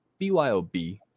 BYOB